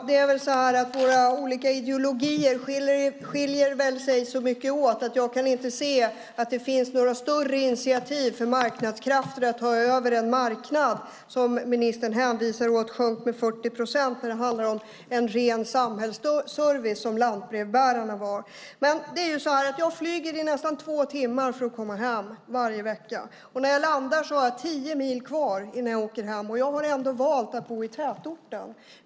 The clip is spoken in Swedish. Herr talman! Våra ideologier skiljer sig så mycket åt att jag inte kan se att det finns några större initiativ för marknadskrafter att ta över en marknad som ministern säger sjönk med 40 procent. Det handlar om en ren samhällsservice som lantbrevbärarna var. Jag flyger nästan två timmar varje vecka för att komma hem. När jag landar har jag tio mil kvar innan jag är hemma. Jag har ändå valt att bo i tätorten.